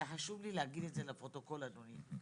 היה חשוב לי להגיד את זה לפרוטוקול, אדוני.